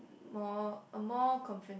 more more confront